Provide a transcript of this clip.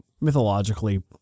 Mythologically